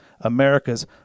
America's